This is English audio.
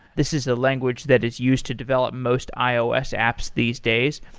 this is a language that is used to develop most ios apps these days.